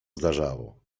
zdarzało